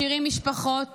משאירים משפחות